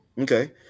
Okay